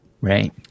Right